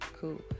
cool